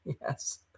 Yes